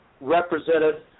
represented